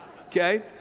Okay